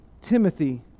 Timothy